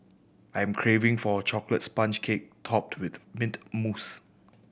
I'm craving for a chocolate sponge cake topped with mint mousse